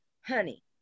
honey